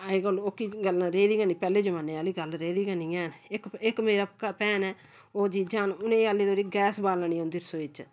अज्जकल ओह्की गल्लां रेहियां गै निं पैह्लें जमान्ने आह्ली गल्ल रेह्दी गै नि हैन इक इक मेरा भैन ऐ ओह् जीजा न उ'नेंगी हल्ली धोड़ी गैस बालनी औंदी रसोई च